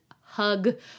hug